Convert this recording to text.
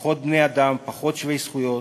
פחות בני-אדם, פחות שווי זכויות,